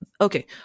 Okay